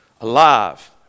alive